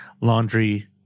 laundry